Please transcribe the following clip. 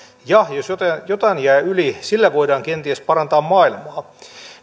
ja jos jotain jää yli sillä voidaan kenties parantaa maailmaa